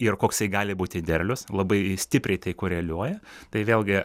ir koksai gali būti derlius labai stipriai tai koreliuoja tai vėlgi